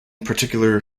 particular